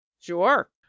Sure